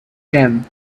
came